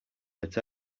that